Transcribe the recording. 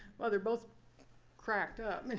well, they're both cracked up. and